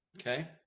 Okay